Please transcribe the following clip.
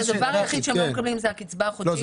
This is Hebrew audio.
זאת אומרת שהדבר היחיד שהם לא מקבלים זה הקצבה החודשית?